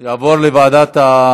ועדת העבודה והרווחה.